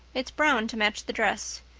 it's brown, to match the dress.